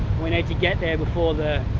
we need to get there before the